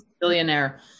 billionaire